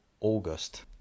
August